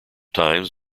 times